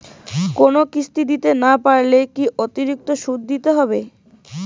কোনো কিস্তি দিতে না পারলে কি অতিরিক্ত সুদ দিতে হবে?